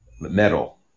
metal